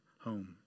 home